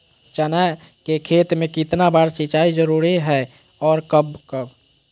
चना के खेत में कितना बार सिंचाई जरुरी है और कब कब?